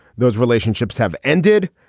those relationships have ended.